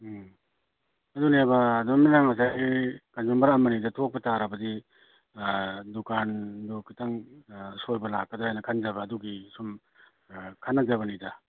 ꯎꯝ ꯑꯗꯨꯅꯦꯕ ꯑꯗꯨꯅꯦ ꯉꯁꯥꯏ ꯀꯟꯖꯨꯃꯔ ꯑꯃꯅꯤꯗ ꯊꯣꯛꯄ ꯇꯥꯔꯕꯗꯤ ꯗꯨꯀꯥꯟꯗꯨ ꯈꯤꯇꯪ ꯁꯣꯏꯕ ꯂꯥꯛꯀꯗ꯭ꯔꯅ ꯈꯟꯖꯕ ꯑꯗꯨꯒꯤ ꯁꯨꯝ ꯈꯟꯅꯖꯕꯅꯤꯗ